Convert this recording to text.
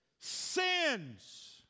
sins